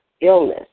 illness